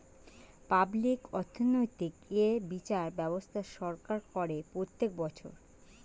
public অর্থনৈতিক এ বিচার ব্যবস্থা সরকার করে প্রত্যেক বছর